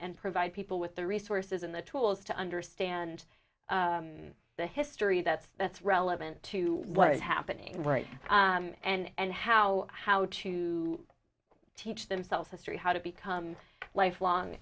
provide people with the resources and the tools to understand the history that's that's relevant to what's happening right now and how how to teach themselves history how to become lifelong